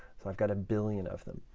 so i've got a billion of them.